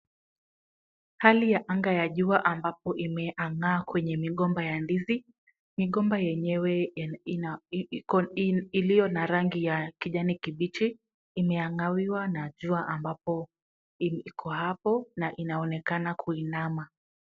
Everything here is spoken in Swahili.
Hali ya anga ya jua ambapo imeang'aa kwenye migomba ya ndizi. Migomba yenyewe iliyo na rangi ya kijani kibichi, imeang'awiwa na jua ambapo iko hapo na inaonekana kuinama.